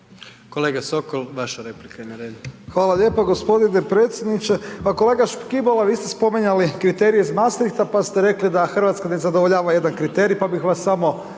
Kolega Sokol vaša replika je na redu.